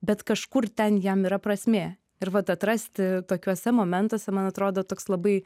bet kažkur ten jam yra prasmė ir vat atrasti tokiuose momentuose man atrodo toks labai